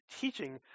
teaching